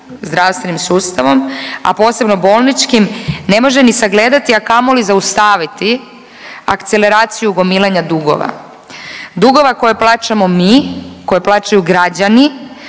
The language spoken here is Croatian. zdravstvenim sustavom, a posebno bolničkim, ne može ni sagledati, a kamoli zaustaviti akceleraciju gomilanja dugova. Dugova koje plaćamo mi, koje plaćaju građani